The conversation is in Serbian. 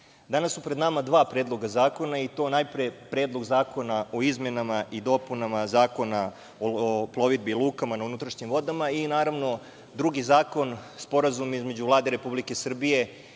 danas su pred nama dva predloga zakona i to, najpre Predlog zakona o izmenama i dopunama Zakona o plovidbi lukama na unutrašnjim vodama i naravno, drugi zakon Sporazum između Vlade Republike Srbije